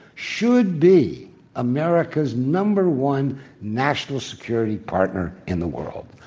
should be america's number one national security partner in the world.